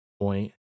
point